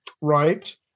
Right